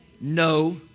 no